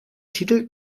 titel